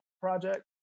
Project